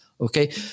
Okay